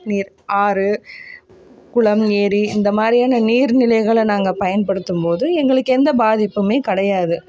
நீர் ஆறு குளம் ஏரி இந்த மாதிரியான நீர் நிலைகளை நாங்கள் பயன்படுத்தும் போது எங்களுக்கு எந்த பாதிப்பும் கிடையாது